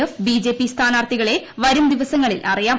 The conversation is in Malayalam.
എഫ് ബിജെപി സ്ഥാനാർത്ഥികളെ വരും ദിവസങ്ങളിൽ അറിയാം